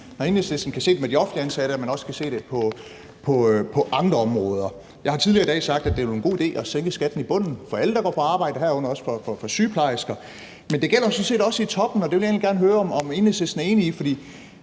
når Enhedslisten kan se det med de offentligt ansatte, at man også kan se det på andre områder. Jeg har tidligere i dag sagt, at det vil være en god idé at sænke skatten i bunden for alle, der går på arbejde, herunder også for sygeplejersker, men det gælder sådan set også i toppen, og det vil jeg egentlig gerne høre, om Enhedslisten er enig i. Der